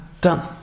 done